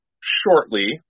shortly